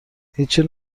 هیچچی